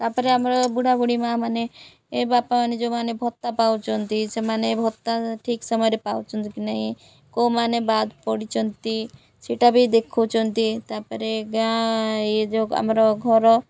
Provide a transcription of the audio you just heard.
ତାପରେ ଆମର ବୁଢ଼ାବୁଢ଼ୀ ମାଁ ମାନେ ବାପାମାନେ ଯେଉଁମାନେ ଭତ୍ତା ପାଉଛନ୍ତି ସେମାନେ ଭତ୍ତା ଠିକ ସମୟରେ ପାଉଛନ୍ତି କି ନାହିଁ କେଉଁମାନେ ବାଦ୍ ପଡ଼ିଛନ୍ତି ସେଇଟା ବି ଦେଖଉଛନ୍ତି ତାପରେ ଗାଁ ଇଏ ଯେଉଁ ଆମର ଘର